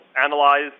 analyze